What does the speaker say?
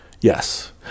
Yes